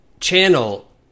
channel